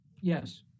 yes